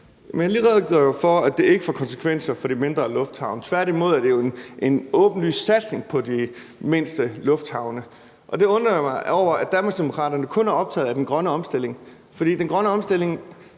jo lige for, at det ikke får konsekvenser for de mindre lufthavne. Tværtimod er det jo en åbenlys satsning på de mindste lufthavne. Og jeg undrer mig over, at Danmarksdemokraterne kun er optaget af den grønne omstilling,